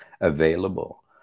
available